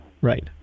right